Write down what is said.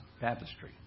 baptistry